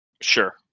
Sure